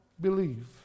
believe